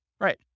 Right